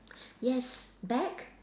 yes back